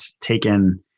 taken